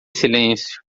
silêncio